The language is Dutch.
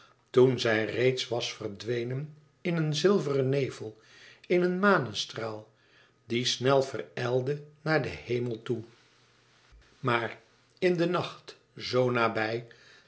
toen zij reeds was verdwenen in een zilveren nevel in een manestraal die snel verijlde naar den hemel toe maar in de nacht zoo nabij